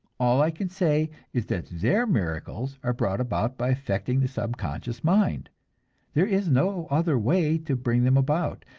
all i can say is that their miracles are brought about by affecting the subconscious mind there is no other way to bring them about,